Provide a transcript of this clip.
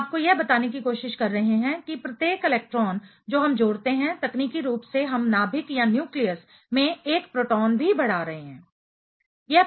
हम आपको यह बताने की कोशिश कर रहे हैं कि प्रत्येक इलेक्ट्रॉन जो हम जोड़ते हैं तकनीकी रूप से हम नाभिक न्यूक्लियस में 1 प्रोटॉन भी बढ़ा रहे हैं